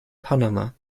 panama